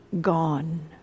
gone